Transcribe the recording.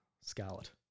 Scarlet